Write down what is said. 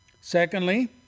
Secondly